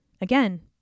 Again